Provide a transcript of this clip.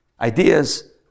Ideas